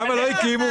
למה לא הקימו?